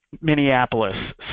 Minneapolis